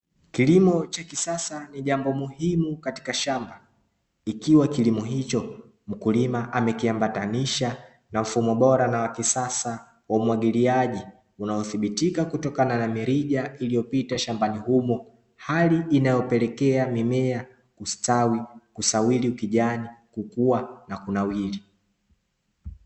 Kilimo cha kisasa ni jambo muhimu katika shamba ikiwa kilimo hicho mkulima amekiambatanisha na mfumo bora na wa kisasa wa umwagiliaji unaothibitika kutokana na mirija, iliyopita shambani humo hali inayopelekea mimea kustawi kusawiri kijani kukua na kunawiri.